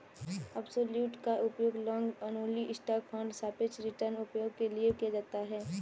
absolute का उपयोग long only stock fund सापेक्ष रिटर्न उपायों के लिए किया जाता है